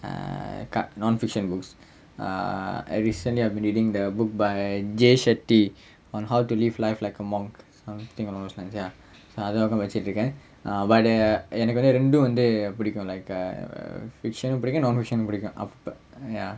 uh cut nonfiction books uh uh recently I've been reading the book by J shutly on how to live life like a monk something along those lines ya அது நா இப்ப படிச்சிட்டு இருக்கேன் எனக்கு வந்து ரெண்டும் வந்து புடிக்கும்:athu naa ippa padichittu irukkaen enakku rendum vanthu pudikkum like a fiction um புடிக்கும்:pudikkum nonfiction um புடிக்கும்:pudikkum ya